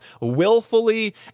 willfully